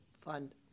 fund